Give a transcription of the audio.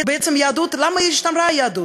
בעצם, למה השתמרה היהדות?